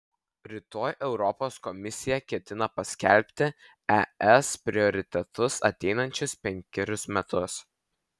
rytoj europos komisija ketina paskelbti es prioritetus ateinančius penkerius metus